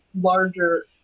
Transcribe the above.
larger